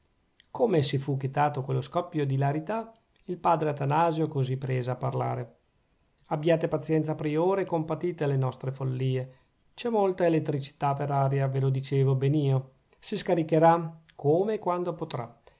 come si fu chetato quello scoppio d'ilarità il padre atanasio così prese a parlare abbiate pazienza priore e compatite le nostre follìe c'è molta elettricità per aria ve lo dicevo ben io si scaricherà come e quando potrà